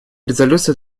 резолюции